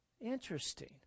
interesting